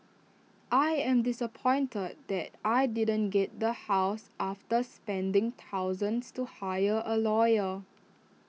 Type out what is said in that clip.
I am disappointed that I didn't get the house after spending thousands to hire A lawyer